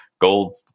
gold